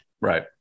Right